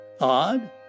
Odd